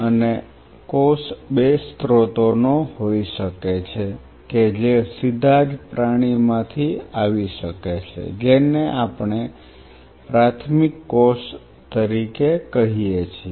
અને કોષ 2 સ્રોતોનો હોઈ શકે છે કે જે સીધા જ પ્રાણીમાંથી આવી શકે છે જેને આપણે પ્રાથમિક કોષ તરીકે કહીએ છીએ